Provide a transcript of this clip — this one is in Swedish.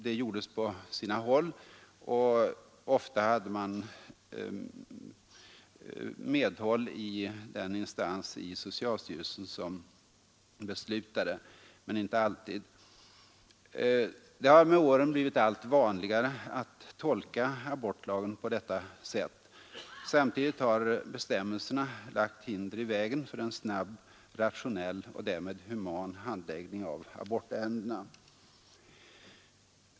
Det gjordes på sina håll, och ofta men inte alltid hade man då medhåll i den nämnd i socialstyrelsen som beslutade. Det har med åren blivit allt vanligare att tolka abortlagen på detta sätt. Samtidigt har bestämmelserna lagt hinder i vägen för en snabb, rationell och därmed human handläggning av abortärendena.